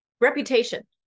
Reputation